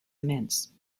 immense